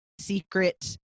secret